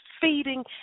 feeding